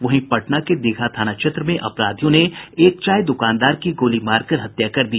वहीं पटना के दीघा थाना क्षेत्र में अपराधियों ने एक चाय दुकानदार की गोली मारकर हत्या कर दी